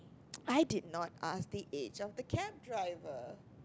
I did not ask the age of the cab driver